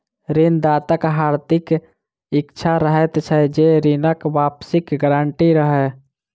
ऋण दाताक हार्दिक इच्छा रहैत छै जे ऋणक वापसीक गारंटी रहय